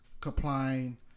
complying